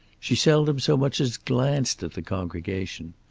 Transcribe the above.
she seldom so much as glanced at the congregation.